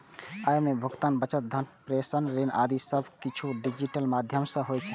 अय मे भुगतान, बचत, धन प्रेषण, ऋण आदि सब किछु डिजिटल माध्यम सं होइ छै